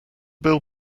bill